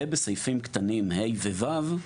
ובסעיפים קטנים ה' ו-ו'